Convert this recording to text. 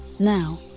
now